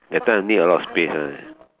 that type need a lot of space [one] eh